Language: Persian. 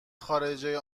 خارجه